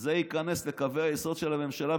זה ייכנס לקווי היסוד של הממשלה,